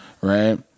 Right